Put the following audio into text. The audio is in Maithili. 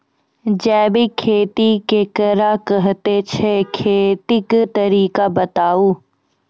जैबिक खेती केकरा कहैत छै, खेतीक तरीका बताऊ?